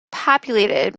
populated